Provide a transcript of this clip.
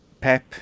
Pep